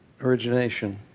origination